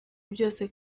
byose